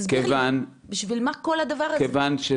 תסביר לי בשביל מה כל הדבר הזה.